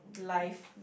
life